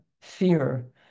fear